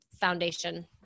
foundation